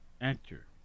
actor